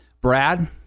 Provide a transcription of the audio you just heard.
Brad